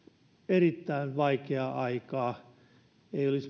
erittäin vaikeaa aikaa ei olisi